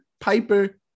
Piper